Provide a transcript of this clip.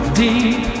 deep